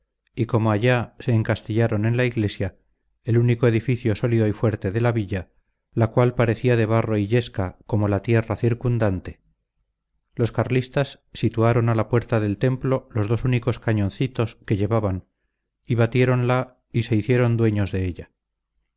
y como allá se encastillaron en la iglesia el único edificio sólido y fuerte de la villa la cual parecí de barro y yesca como la tierra circundante los carlistas situaron a la puerta del templo los dos únicos cañoncitos que llevaban y batiéronla y se hicieron dueños de ella